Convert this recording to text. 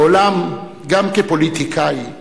מעולם, גם כפוליטיקאי,